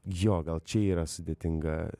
jo gal čia yra sudėtinga